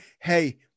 hey